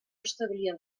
establien